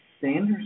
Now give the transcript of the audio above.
Sanders